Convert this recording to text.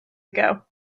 ago